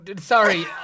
sorry